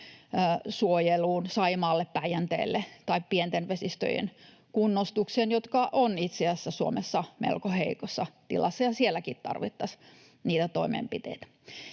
suojeluun Saimaalle, Päijänteelle tai pienten vesistöjen kunnostukseen, jotka ovat itse asiassa Suomessa melko heikossa tilassa, ja sielläkin tarvittaisiin niitä toimenpiteitä.